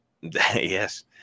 Yes